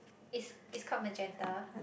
it's it's called magenta